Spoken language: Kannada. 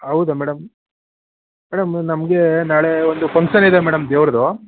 ಹೌದೇ ಮೇಡಮ್ ಮೇಡಮ್ ನಮಗೆ ನಾಳೆ ಒಂದು ಫಂಕ್ಷನ್ ಇದೆ ಮೇಡಮ್ ದೇವರದು